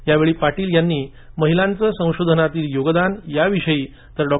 यावेळी पाटील यांनी महिलांचे संशोधनातील योगदान याविषयी तर डॉ